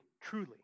truly